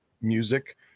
music